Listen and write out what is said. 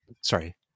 Sorry